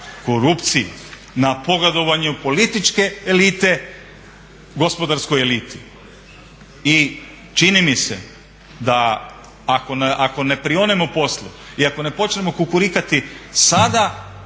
korupciji, na pogodovanju političke elite, gospodarskoj eliti. I čini mi se da, ako ne prionemo poslu i ako ne počnemo kukurikati sada